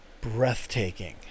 Breathtaking